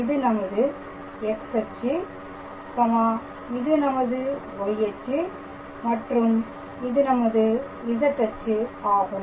இது நமது X அச்சு இது நமது Y அச்சு மற்றும் இது நமது Z அச்சுஆகும்